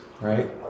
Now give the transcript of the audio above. Right